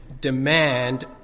demand